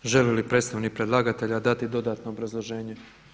Želi li predstavnik predlagatelja dati dodatno obrazloženje?